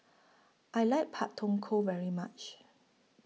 I like Pak Thong Ko very much